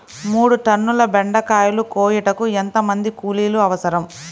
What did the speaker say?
మూడు టన్నుల బెండకాయలు కోయుటకు ఎంత మంది కూలీలు అవసరం?